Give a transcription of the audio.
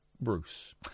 Bruce